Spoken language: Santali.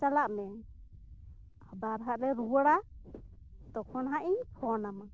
ᱪᱟᱞᱟᱜ ᱢᱮ ᱟᱵᱟᱨ ᱦᱟᱸᱜ ᱞᱮ ᱨᱩᱣᱟᱹᱲᱟ ᱛᱚᱠᱷᱚᱱ ᱦᱟᱸᱜ ᱤᱧ ᱯᱷᱳᱱᱟᱢᱟ